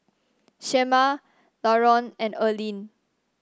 Shemar Laron and Erlene